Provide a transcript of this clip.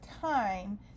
time